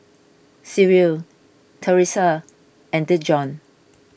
Cyril theresia and Dejon